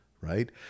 right